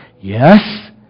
yes